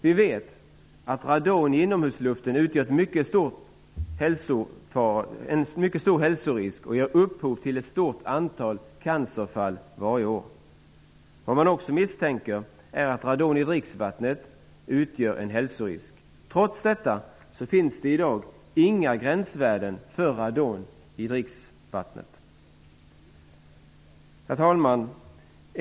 Vi vet att radon i inomhusluften utgör en mycket stor hälsorisk och ger upphov till ett stort antal cancerfall varje år. Vad man också misstänker är att radon i dricksvattnet utgör en hälsorisk. Trots detta finns det inga gränsvärden för radon i dricksvatten. Herr talman!